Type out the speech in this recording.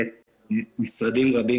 יש משרדים רבים.